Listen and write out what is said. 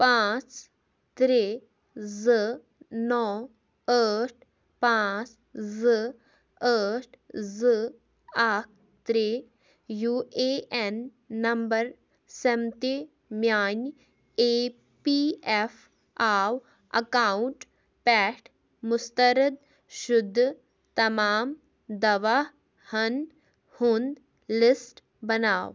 پانژھ ترٛےٚ زٕ نو ٲٹھ پانٛژھ زٕ ٲٹھ زٕ اَکھ ترٛےٚ یوٗ اے ایٚن نَمبَر سیٚمتی میٛانہِ اے پی ایٚف آو اَکاوُنٛٹ پٮ۪ٹھ مُستَرِد شُدٕ تَمام دوا ہَن ہُنٛد لَسٹ بَناو